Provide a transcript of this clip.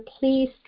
please